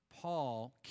Paul